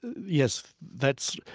yes. that's,